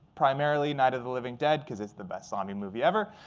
primarily night of the living dead, because it's the best zombie movie ever.